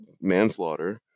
manslaughter